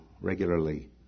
regularly